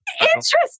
Interesting